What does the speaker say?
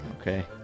Okay